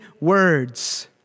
words